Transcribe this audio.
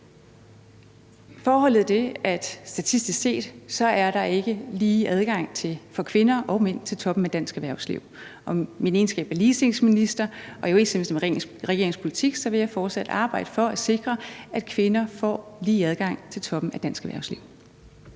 statistisk set er der ikke lige adgang for kvinder og mænd til toppen af dansk erhvervsliv. Og i min egenskab af ligestillingsminister og i overensstemmelse med regeringens politik vil jeg fortsat arbejde for at sikre, at kvinder får lige adgang til toppen af dansk erhvervsliv.